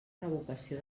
revocació